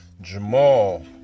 Jamal